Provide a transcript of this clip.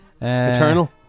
Eternal